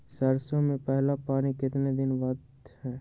सरसों में पहला पानी कितने दिन बाद है?